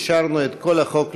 אישרנו את כל החוק,